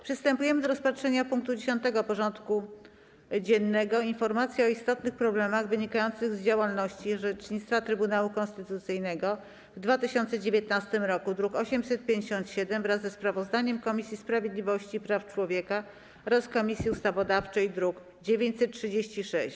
Przystępujemy do rozpatrzenia punktu 10. porządku dziennego: Informacja o istotnych problemach wynikających z działalności i orzecznictwa Trybunału Konstytucyjnego w 2019 roku (druk nr 857) wraz ze sprawozdaniem Komisji Sprawiedliwości i Praw Człowieka oraz Komisji Ustawodawczej (druk nr 936)